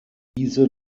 diese